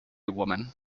woman